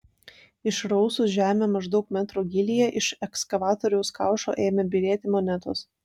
išrausus žemę maždaug metro gylyje iš ekskavatoriaus kaušo ėmė byrėti monetos